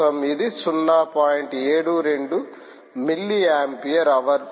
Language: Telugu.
72 మిల్లీ ఆంపియర్హవర్